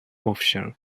official